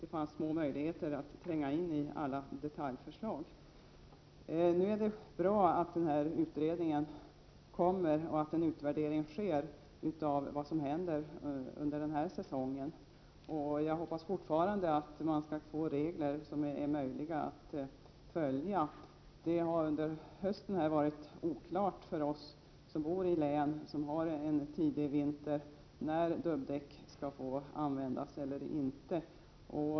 Det fanns små möjligheter att tränga in i alla detaljförslag. Det är bra att utredningen kommer och att en utvärdering sker av vad som händer under denna säsong. Jag hoppas fortfarande att vi skall få regler som är möjliga att följa. Under hösten har det varit oklart för oss som bor i län som har en tidig vinter när dubbdäck skall få användas.